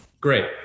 Great